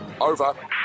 Over